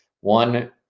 One